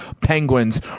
Penguins